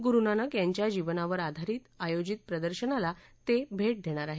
गुरुनानक यांच्या जीवनावर आधारित आयोजित प्रदर्शनाला ते भे देणार आहेत